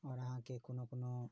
आओर अहाँके कोनो कोनो